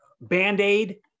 Band-Aid